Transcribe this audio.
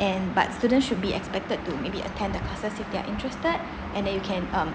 and but student should be expected to maybe attend the classes if they are interested and then you can um